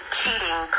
cheating